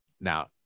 now